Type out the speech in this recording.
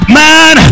man